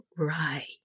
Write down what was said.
Right